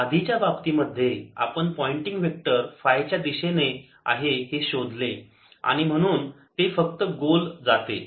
आधीच्या बाबतीमध्ये आपण पॉइंटिंग वेक्टर फाय च्या दिशेने आहे हे शोधले आणि म्हणून म्हणून ते फक्त गोल जाते